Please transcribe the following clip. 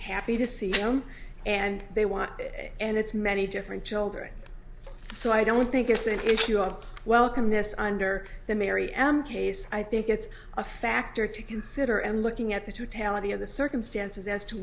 happy to see him and they want and it's many different children so i don't think it's an issue of welcome this under the mary m case i think it's a factor to consider and looking at the tail of the of the circumstances as to